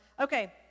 Okay